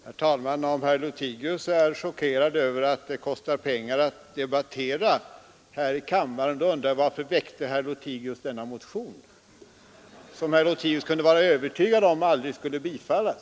Herr talman! Om herr Lothigius är chockerad över att det kostar pengar att debattera här i kammaren undrar jag: Varför väckte herr Lothigius denna motion som herr Lothigius kunde vara övertygad om aldrig skulle bifallas?